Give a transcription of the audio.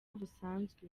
busanzwe